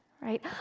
right